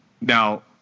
Now